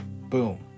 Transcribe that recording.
Boom